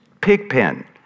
Pigpen